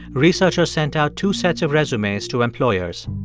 researchers sent out two sets of resumes to employers.